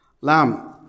Lamb